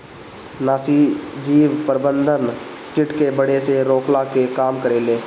नाशीजीव प्रबंधन किट के बढ़े से रोकला के काम करेला